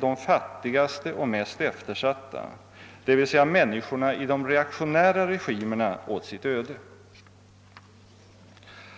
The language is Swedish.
de fattigaste och mest eftersatta, d. v. s. människorna i länder med reaktionära regimer åt sitt öde.